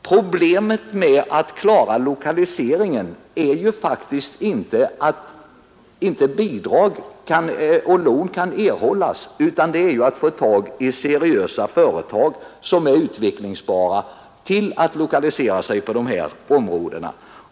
Problemet med att klara lokaliseringen är ju faktiskt inte att bidrag och lån inte kan erhållas utan det är att få tag i seriösa företag som är utvecklingsbara och som kan lokaliseras på dessa områden.